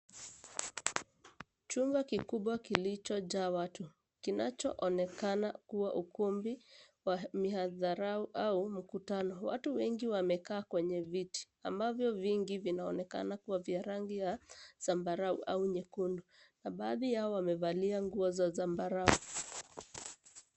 Chumba kikubwa kilichojaa watu kinachoonekana kuwa ukumbi wa mihadaharau au mikutano. Wengi wamekaa kwenye viti ambavyo vingi vinavyoonekana kuwa vya rangi ya zambarau au nyekundu, na baadhi yao wamevaa nguo za zambarau.